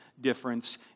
difference